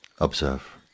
Observe